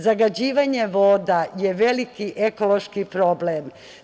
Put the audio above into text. Zagađivanje voda je veliki ekološki problem.